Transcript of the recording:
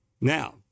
Now